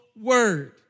Word